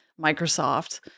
Microsoft